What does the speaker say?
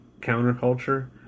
counterculture